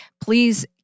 please